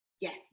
yes